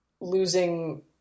losing